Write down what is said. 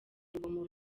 urugomo